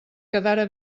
quedara